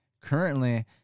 Currently